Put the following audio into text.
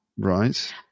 Right